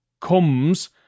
comes